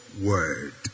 word